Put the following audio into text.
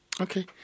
Okay